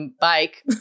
bike